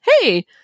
Hey